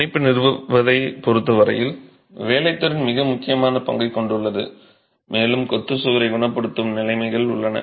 பிணைப்பு நிறுவுவதைப் பொறுத்த வரையில் வேலைத்திறன் மிக முக்கியமான பங்கைக் கொண்டுள்ளது மேலும் கொத்துச் சுவரைக் குணப்படுத்தும் நிலைமைகள் உள்ளன